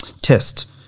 test